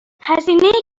هزینه